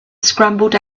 scrambled